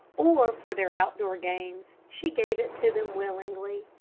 or for their outdoor games, she gave it to them willingly.